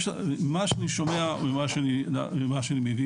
מה שאני שומע ממה שאני מבין,